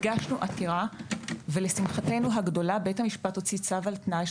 הגשנו עתירה ולשמחתנו הגדולה בית המשפט הוציא צו על תנאי,